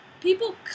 People